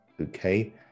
okay